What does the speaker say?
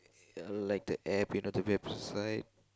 uh like the App you know the website